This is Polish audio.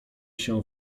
się